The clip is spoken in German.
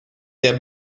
der